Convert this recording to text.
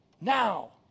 Now